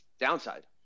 downside